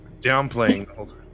downplaying